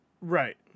Right